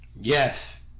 Yes